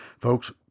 Folks